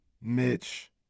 Mitch